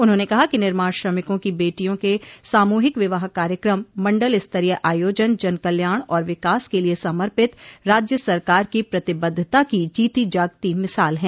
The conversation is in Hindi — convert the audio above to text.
उन्होंने कहा कि निर्माण श्रमिकों की बेटियों के सामूहिक विवाह कार्यक्रम मंडल स्तरोय आयोजन जन कल्याण और विकास के लिये समर्पित राज्य सरकार की प्रतिबद्धता की जीती जागती मिसाल है